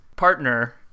Partner